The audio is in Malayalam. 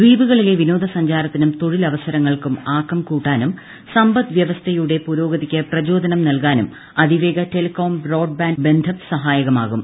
ദ്വീപുകളിലെ വിനോദസഞ്ചാരത്തിനും തൊഴിലവസരങ്ങൾക്കും ആക്കം കൂട്ടാനും സമ്പദ്വ്യവസ്ഥയുടെ പുരോഗതിക്ക് പ്രചോദനം നൽകാനും അതിവേഗ ടെലികോം ബ്രോഡ്ബാന്റ് ബന്ധം സഹായകരമാകും